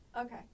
Okay